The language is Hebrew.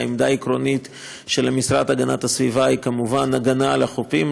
העמדה העקרונית של המשרד להגנת הסביבה היא כמובן הגנה על החופים,